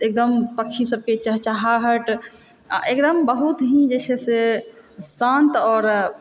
एकदम पक्षी सबके चहचहाट आ एकदम बहुत ही जे छै से शांत आओर